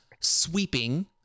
sweeping